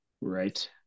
Right